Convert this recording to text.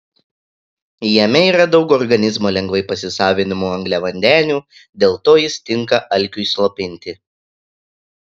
jame yra daug organizmo lengvai pasisavinamų angliavandenių dėl to jis tinka alkiui slopinti